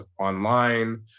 online